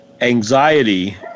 anxiety